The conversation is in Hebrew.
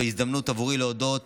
זו ההזדמנות עבורי להודות